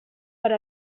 per